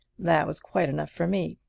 that was quite enough for me.